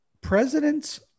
presidents